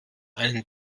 einen